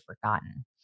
forgotten